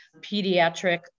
pediatric